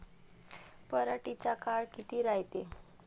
पराटीचा काळ किती रायते?